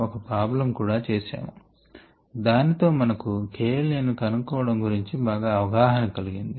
ఒక ప్రాబ్లమ్ కూడా చేశాము దాని తో మనకు k l a కనుక్కోవడం గురించి బాగా అవగాహన కలిగింది